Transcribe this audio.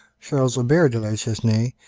charles aubert de la chesnaye,